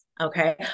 Okay